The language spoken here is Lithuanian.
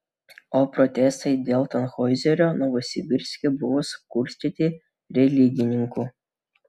o protestai dėl tanhoizerio novosibirske buvo sukurstyti religininkų